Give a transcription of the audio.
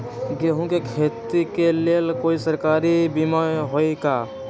गेंहू के खेती के लेल कोइ सरकारी बीमा होईअ का?